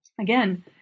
again